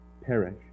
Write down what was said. perish